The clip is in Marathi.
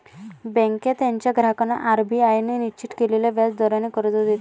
बँका त्यांच्या ग्राहकांना आर.बी.आय ने निश्चित केलेल्या व्याज दराने कर्ज देतात